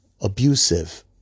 abusive